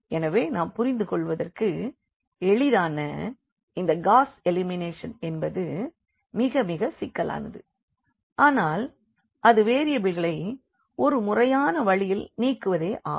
எனவே நாம் புரிந்துகொள்வதற்கு எளிதான இந்த காஸ் எலிமினேஷன் என்பது மிக மிக சிக்கலானது ஆனால் அது வேரியபிள்களை ஒரு முறையான வழியில் நீக்குவதே ஆகும்